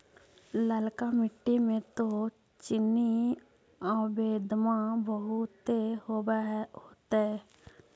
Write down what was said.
ललका मिट्टी मे तो चिनिआबेदमां बहुते होब होतय?